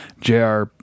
JR